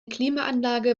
klimaanlage